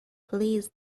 please